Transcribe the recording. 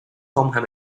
không